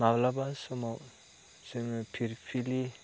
माब्लाबा समाव जोङो फिरफिलि